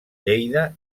lleida